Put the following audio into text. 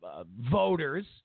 voters